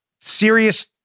serious